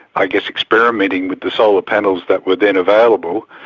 i guess experimenting with the solar panels that were then available,